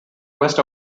west